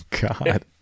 god